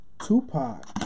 Tupac